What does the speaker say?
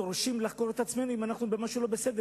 דורשים לחקור את עצמנו אם אנחנו במשהו לא בסדר,